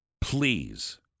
please